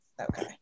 Okay